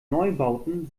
neubauten